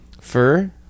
fur